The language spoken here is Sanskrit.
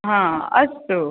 हा अस्तु